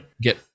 get